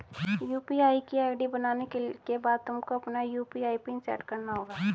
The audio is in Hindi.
यू.पी.आई की आई.डी बनाने के बाद तुमको अपना यू.पी.आई पिन सैट करना होगा